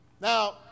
Now